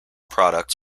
products